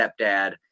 stepdad